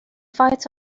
fights